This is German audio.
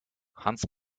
hans